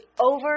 over